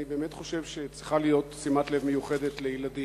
אני באמת חושב שצריכה להיות שימת לב מיוחדת לילדים.